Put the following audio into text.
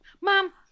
Mom